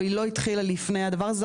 או לא התחילה לפני הדבר הזה,